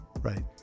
Right